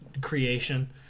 creation